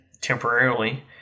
temporarily